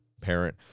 parent